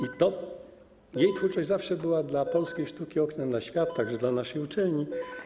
I to jej twórczość zawsze była dla polskiej sztuki oknem na świat, także dla naszej uczelni.